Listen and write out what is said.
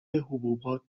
حبوبات